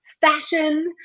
fashion